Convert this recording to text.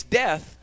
death